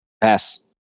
Pass